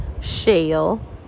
Shale